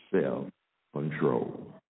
self-control